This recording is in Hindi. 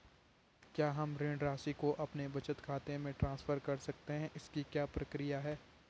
क्या हम ऋण राशि को अपने बचत खाते में ट्रांसफर कर सकते हैं इसकी क्या प्रक्रिया है?